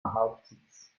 hauptsitz